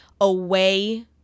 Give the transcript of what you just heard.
away